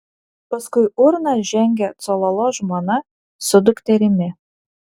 paskui urną žengė cololo žmona su dukterimi